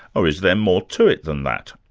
or is there more to it than that?